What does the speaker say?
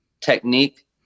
technique